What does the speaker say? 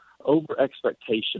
over-expectation